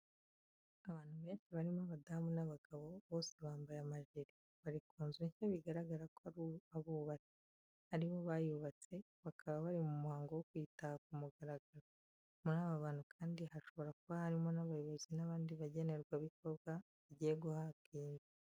Abantu benshi barimo abadamu n'abagabo, bose bambaye amajire, bari ku nzu nshya bigaragara ko ari abubatsi, ari bo bayubatse, bakaba bari mu muhango wo kuyitaha ku mugaragaro, muri aba bantu kandi hashobore kuba harimo n'abayobozi n'abandi bagenerwabikorwa bagiye guhabwa iyi nzu.